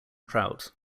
trout